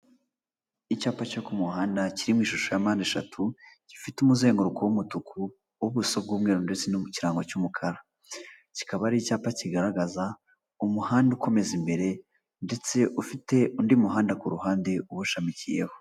Icyapa cyo ku muhanda kirimo ishusho ya mpande eshatu gifite umuzenguruko w'umutuku w'ubuso bw'umweru ndetse no mu kirango cy'umukara, kikaba ari icyapa kigaragaza umuhanda ukomeza imbere ndetse ufite undi muhanda ku ruhande uwushamikiyeho.